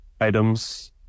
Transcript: items